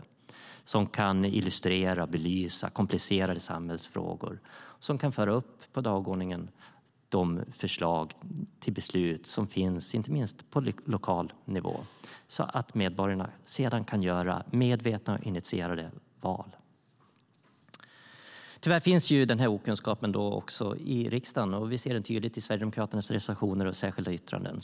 Det handlar om att illustrera och belysa komplicerade samhällsfrågor och föra upp på dagordningen de förslag till beslut som finns inte minst på lokal nivå så att medborgarna sedan kan göra medvetna och initierade val. Tyvärr finns den okunskapen också i riksdagen. Vi ser det tydligt i Sverigedemokraternas reservationer och särskilda yttranden.